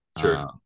Sure